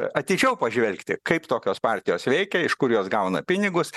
atidžiau pažvelgti kaip tokios partijos veikia iš kur jos gauna pinigus